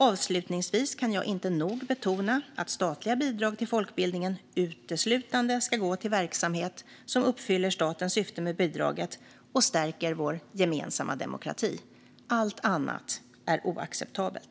Avslutningsvis kan jag inte nog betona att statliga bidrag till folkbildningen uteslutande ska gå till verksamhet som uppfyller statens syften med bidraget och stärker vår gemensamma demokrati. Allt annat är oacceptabelt.